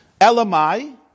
Elamai